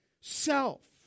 Self